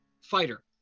Fighter